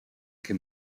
can